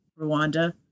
Rwanda